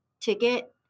ticket